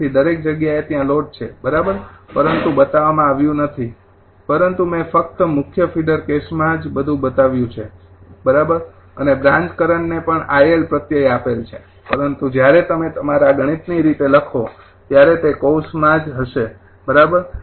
તેથી દરેક જગ્યાએ ત્યાં લોડ છે બરાબર પરંતુ બતાવવામાં આવ્યું નથી પરંતુ મે ફક્ત મુખ્ય ફીડર કેસમાં બધું જ બતાવ્યું છે બરાબર અને બ્રાન્ચ કરંટને પણ 𝑖𝐿 પ્રત્યય આપેલ છે પરંતુ જ્યારે તમે તમારા ગણિતની રીતે લખો ત્યારે તે કૌંસમાં જ હશે બરાબર